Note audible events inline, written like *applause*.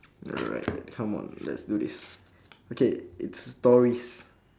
alright *noise* come on let's do this okay it's stories